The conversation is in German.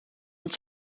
und